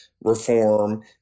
reform